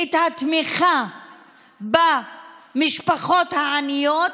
את התמיכה במשפחות העניות,